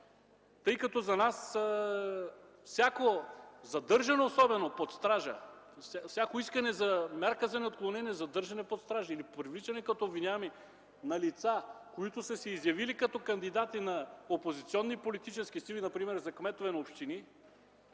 места. За нас всяко задържане, особено под стража, всяко искане за мярка за неотклонение „задържане под стража” или привличане като обвиняеми на лица, които са се изявили като кандидати на опозиционни политически сили, например за кметове на общини,